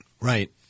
Right